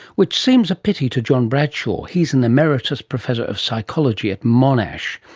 which seems a pity to john bradshaw. he's an emeritus professor of psychology at monash,